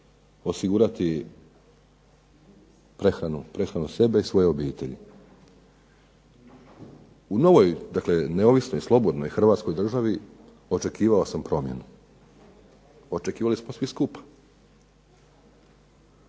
osigurati prehranu sebe i svoje obitelji. U neovisnoj slobodnoj Hrvatskoj državi očekivali smo promjeni svi skupa.